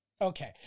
Okay